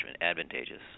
advantageous